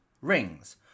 rings